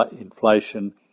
inflation